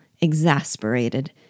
exasperated